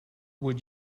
would